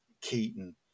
Keaton